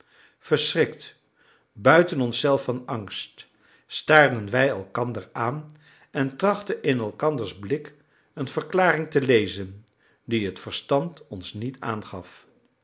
verschrikt buiten ons zelf van angst staarden wij elkander aan en trachtten in elkanders blik een verklaring te lezen die het verstand ons niet aangaf